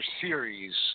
series